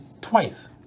twice